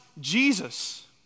Jesus